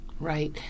Right